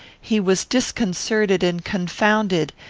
he was disconcerted and confounded,